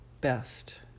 best